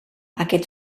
aquest